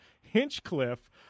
Hinchcliffe